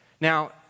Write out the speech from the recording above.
Now